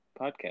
podcast